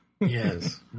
Yes